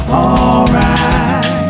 alright